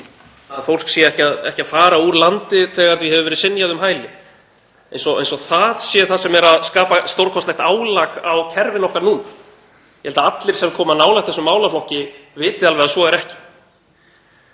að fólk sé ekki að fara úr landi þegar því hefur verið synjað um hæli, eins og það sé það sem er að skapa stórkostlegt álag á kerfin okkar núna. Ég held að allir sem koma nálægt þessum málaflokki viti alveg að svo er ekki.